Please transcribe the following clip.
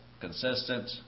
consistent